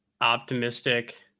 optimistic